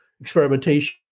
experimentation